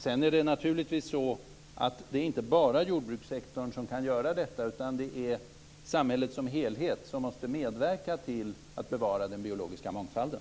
Det är vidare naturligtvis inte bara jordbrukssektorn som kan göra detta, utan samhället som helhet måste medverka till att bevara den biologiska mångfalden.